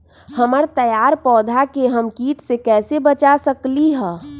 हमर तैयार पौधा के हम किट से कैसे बचा सकलि ह?